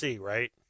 right